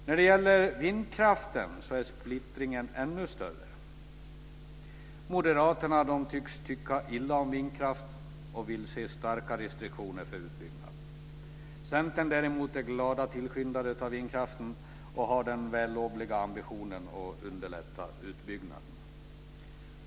När det gäller vindkraften är splittringen större. Moderaterna tycks tycka illa om vindkraft och vill ha starka restriktioner för utbyggnaden. Centern däremot är glad tillskyndare av vindkraften och har den vällovliga ambitionen att underlätta utbyggnaden.